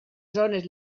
zones